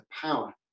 power